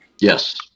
Yes